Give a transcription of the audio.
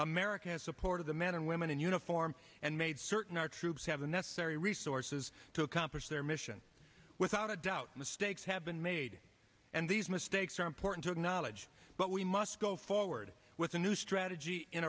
america has supported the men and women in uniform and made certain our troops have the necessary resources to accomplish their mission without a doubt mistakes have been made and these mistakes are important to acknowledge but we must go forward with a new strategy in